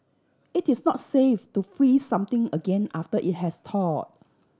it is not safe to freeze something again after it has thaw